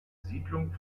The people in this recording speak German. siedlung